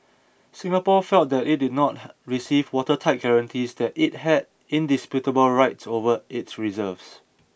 Singapore felt that it did not receive watertight guarantees that it had indisputable rights over its reserves